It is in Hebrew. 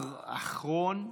אחרון הדוברים.